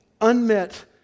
unmet